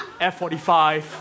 F45